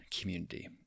community